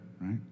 Right